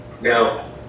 No